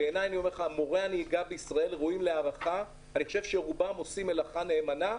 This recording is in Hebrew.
מורי הנהיגה עושים מלאכתם נאמנה,